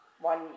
one